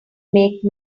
make